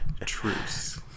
Truce